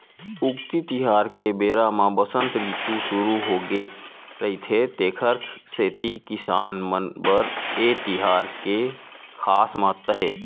उक्ती तिहार के बेरा म बसंत रितु सुरू होगे रहिथे तेखर सेती किसान मन बर ए तिहार के खास महत्ता हे